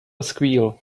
squeal